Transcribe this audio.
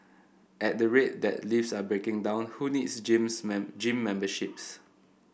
at the rate that lifts are breaking down who needs gyms men gym memberships